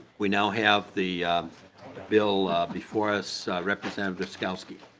we now have the bill before us. representative drazkowski.